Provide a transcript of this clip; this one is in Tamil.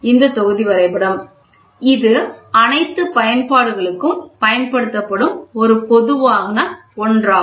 இந்த தொகுதி வரைபடம் இது அனைத்து பயன்பாடுகளுக்கும் பயன்படுத்தப்படும் ஒரு பொதுவான ஒன்றாகும்